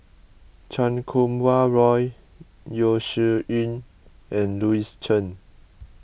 Chan Kum Wah Roy Yeo Shih Yun and Louis Chen